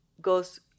goes